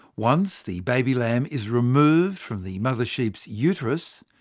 once the baby lamb is removed from the mother sheep's uterus,